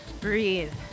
breathe